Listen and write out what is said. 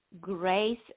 grace